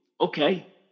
Okay